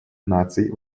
наций